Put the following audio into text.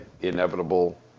inevitable